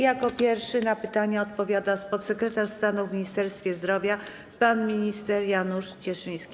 Jako pierwszy na pytania odpowiada podsekretarz stanu w Ministerstwie Zdrowia pan minister Janusz Cieszyński.